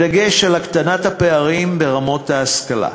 בדגש על הקטנת הפערים ברמות ההשכלה.